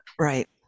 Right